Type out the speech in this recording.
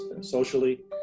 socially